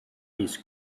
his